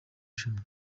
rushanwa